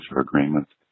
agreements